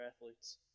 athletes